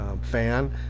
fan